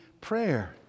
prayer